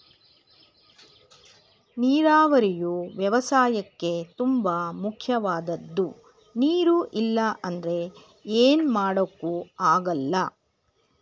ನೀರಾವರಿಯು ವ್ಯವಸಾಯಕ್ಕೇ ತುಂಬ ಮುಖ್ಯವಾದದ್ದು ನೀರು ಇಲ್ಲ ಅಂದ್ರೆ ಏನು ಮಾಡೋಕ್ ಆಗಲ್ಲ